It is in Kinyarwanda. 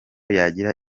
yagira